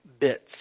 bits